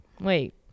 wait